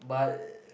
but